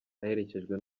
aherekejwe